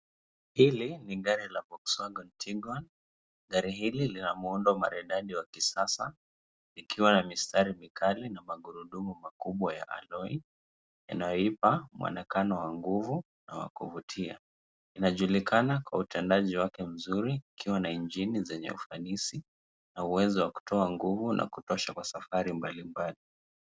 Hili ni gari la Volkswagen Tiguan . Gari hili lina muundo maridadi wa kisasa, likiwa na mistari mikali na magurudumu makubwa ya alloy . Inayoipa muonekano wa nguvu na wa kuvutia. Linajulikana kwa utendaji wake mzuri, likiwa na injini zenye ufanisi na uwezo wa kutoa nguvu ya kutosha kwa safari mbalimbali.